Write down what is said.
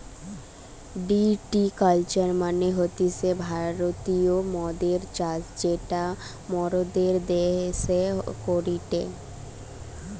ভিটি culture মানে হতিছে ভারতীয় মদের চাষ যেটা মোরদের দ্যাশে করেটে